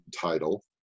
title